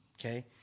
Okay